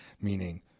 meaning